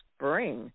spring